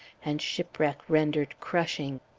and shipwreck rendered crushing.